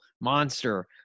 monster